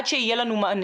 עד שיהיה לנו מענה.